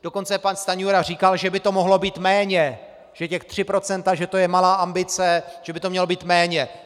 Dokonce pan Stanjura říkal, že by to mohlo být méně, že ta 3 %, že to je malá ambice, že by to mělo být méně.